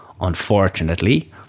Unfortunately